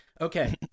Okay